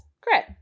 Great